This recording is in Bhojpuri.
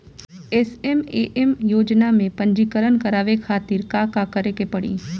एस.एम.ए.एम योजना में पंजीकरण करावे खातिर का का करे के पड़ी?